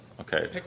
Okay